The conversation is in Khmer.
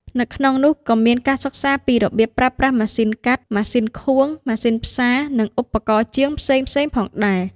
នៅក្នុងនោះក៏មាន ការសិក្សាពីរបៀបប្រើប្រាស់ម៉ាស៊ីនកាត់ ម៉ាស៊ីនខួង ម៉ាស៊ីនផ្សារ និងឧបករណ៍ជាងផ្សេងៗផងដែរ។